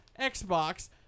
Xbox